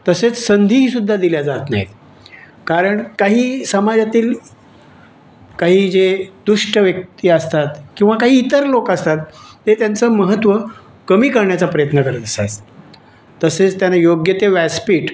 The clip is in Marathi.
तसेच संधीही सुद्धा दिल्या जात नाहीत कारण काही समाजातील काही जे दुष्ट व्यक्ती असतात किंवा काही इतर लोक असतात ते त्यांचं महत्त्व कमी करण्याचा प्रयत्न करत असतात तसेच त्यांना योग्य ते व्यासपीठ